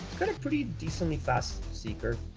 kind of pretty decently fast seeker